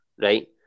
right